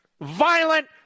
violent